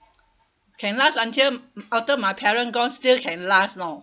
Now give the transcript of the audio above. can last until after my parent gone still can last know